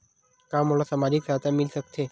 का मोला सामाजिक सहायता मिल सकथे?